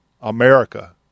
America